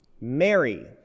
Mary